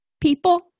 People